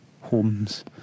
homes